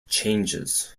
changes